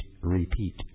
repeat